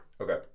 Okay